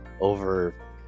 over